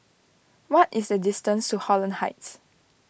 what is the distance to Holland Heights